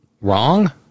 wrong